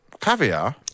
Caviar